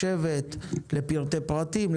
לשבת לפרטי פרטים,